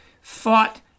fought